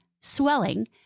swelling